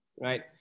right